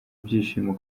ibyishimo